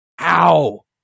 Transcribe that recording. Ow